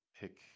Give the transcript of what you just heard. pick